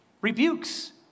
rebukes